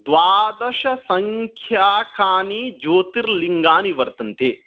द्वादशसंख्याकानि ज्योतिर्लिङ्गानि वर्तन्ते